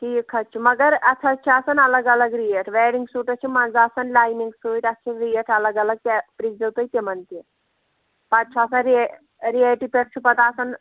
ٹھیٖک حظ چھُ مگر اَتھ حظ چھِ آسان الگ الگ ریٹ وٮ۪ڈِنٛگ سوٗٹَس چھِ منٛزٕ آسان لاینِنٛگ سۭتۍ اَتھ چھِ ریٹ الگ الگ کیٛاہ پِرٛھزیو تُہۍ تِمَن تہِ پَتہٕ چھُ آسان رے ریٹہِ پٮ۪ٹھ چھُ پَتہٕ آسان